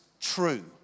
true